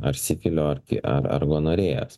ar sifilio ar ar gonorėjos